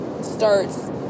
starts